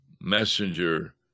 messenger